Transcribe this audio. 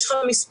יש לך מספרים,